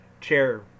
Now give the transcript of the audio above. chair